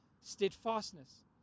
steadfastness